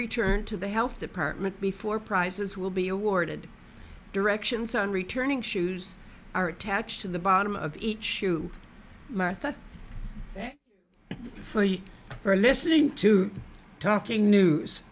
returned to the health department before prices will be awarded directions on returning shoes are attached to the bottom of each to my thought for listening to talking news